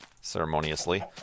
ceremoniously